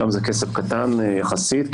שם זה כסף קטן יחסית.